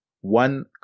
one